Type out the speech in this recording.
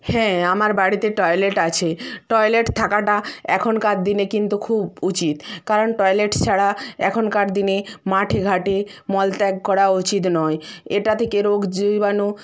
হ্যাঁ আমার বাড়িতে টয়লেট আছে টয়লেট থাকাটা এখনকার দিনে কিন্তু খুব উচিত কারণ টয়লেট ছাড়া এখনকার দিনে মাঠে ঘাটে মল ত্যাগ করা উচিত নয় এটা থেকে রোগ জীবাণু